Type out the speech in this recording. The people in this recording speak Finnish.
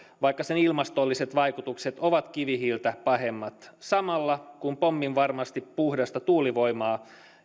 vaikka sen ilmastolliset vaikutukset ovat kivihiiltä pahemmat samalla kun pomminvarmasti puhdasta tuulivoimaa